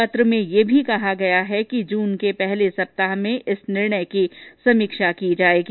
पत्र में यह भी कहा गया है कि जून के पहले सप्ताह में इस निर्णय की समीक्षा की जाएगी